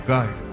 God